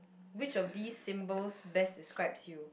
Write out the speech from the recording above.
which of these symbols best describe you